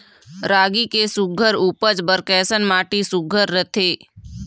रागी के सुघ्घर उपज बर कैसन माटी सुघ्घर रथे?